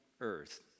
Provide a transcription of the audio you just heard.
earth